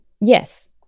Yes